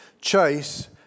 chase